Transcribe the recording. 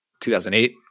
2008